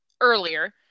earlier